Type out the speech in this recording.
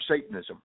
Satanism